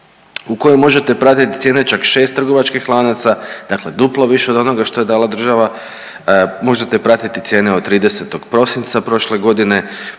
u kojoj možete pratiti cijene čak 6 trgovačkih lanaca, dakle duplo više od onoga što je dala država, možete pratiti cijene od 30. prosinca prošle godine,